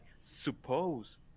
suppose